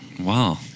Wow